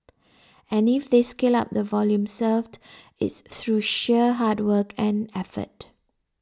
and if they scale up the volume served it's through sheer hard work and effort